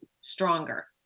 stronger